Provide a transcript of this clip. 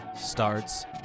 starts